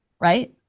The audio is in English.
right